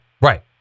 right